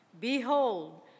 Behold